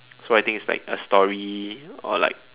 so I think it's like a story or like